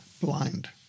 blind